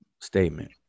statement